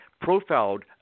profiled